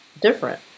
different